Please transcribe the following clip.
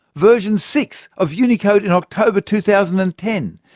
version six of unicode in october two thousand and ten,